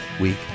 week